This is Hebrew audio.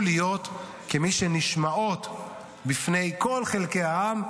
איך מסקנותיה יוכלו להיות כמי שנשמעות בפני כל חלקי העם,